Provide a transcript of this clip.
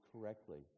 correctly